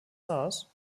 kommissars